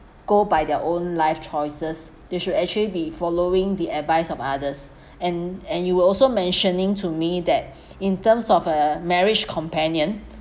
go by their own life choices they should actually be following the advice of others and and you were also mentioning to me that in terms of uh marriage companion